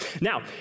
Now